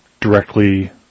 directly